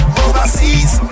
overseas